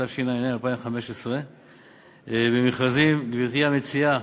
התשע"ה 2015. גברתי המציעה,